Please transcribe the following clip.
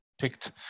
picked